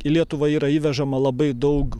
į lietuvą yra įvežama labai daug